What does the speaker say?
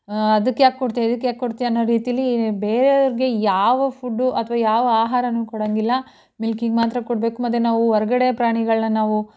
ಅದಕ್ಕೆ ಯಾಕೆ ಕೊಡ್ತೀಯಾ ಇದಕ್ಕೆ ಯಾಕೆ ಕೊಡ್ತೀಯಾ ಅನ್ನೋ ರೀತಿಯಲ್ಲಿ ಬೇರೆಯವ್ರಿಗೆ ಯಾವ ಫುಡ್ಡು ಅತ್ವಾ ಯಾವ ಆಹಾರವೂ ಕೊಡೋಂಗಿಲ್ಲ ಮಿಲ್ಕಿಗೆ ಮಾತ್ರ ಕೊಡಬೇಕು ಮತ್ತು ನಾವು ಹೊರ್ಗಡೆ ಪ್ರಾಣಿಗಳನ್ನು ನಾವು